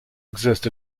exist